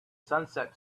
sunset